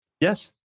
Yes